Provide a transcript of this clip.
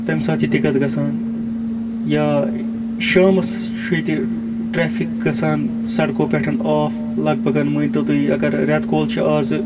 تَمہِ ساتہٕ چھِ دِقت گَژھان یا شامَس چھُ ییٚتہِ ٹرٛیفِک گَژھان سڑکو پٮ۪ٹھ آف لَگ بَگ مٲنۍ تو تُہۍ اَگر رٮ۪تہٕ کول چھِ آزٕ